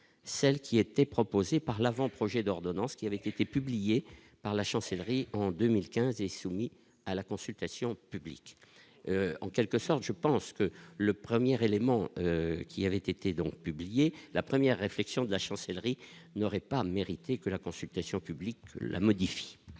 celle qui était proposées par l'avant-projet d'ordonnance qui avaient été publiés par la chancellerie en 2015 et soumis à la consultation publique en quelque sorte, je pense que le premier éléments qui avait été donc publié la première réflexions de la chancellerie n'aurait pas mérité que la consultation publique la modifier.